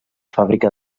fàbrica